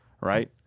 right